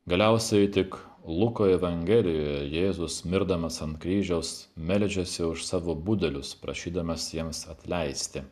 galiausiai tik luko evangelijoje jėzus mirdamas ant kryžiaus meldžiuosi už savo budelius prašydamas jiems atleisti